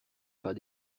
pas